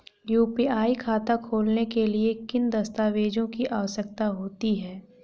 UPI खाता खोलने के लिए किन दस्तावेज़ों की आवश्यकता होती है?